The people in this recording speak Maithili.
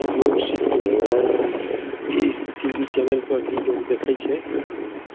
योग सीखयके लिये टी भी चैनलपर भी लोग देखय छै नहि नहि